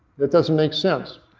that doesn't make sense.